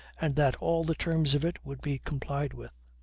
and that all the terms of it would be complied with.